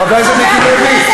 חבר הכנסת מיקי לוי,